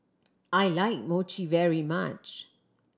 I like Mochi very much